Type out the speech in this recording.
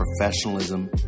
professionalism